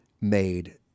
made